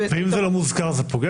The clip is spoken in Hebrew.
ואם זה לא היה מוזכר זה פוגע?